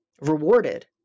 rewarded